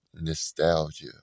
nostalgia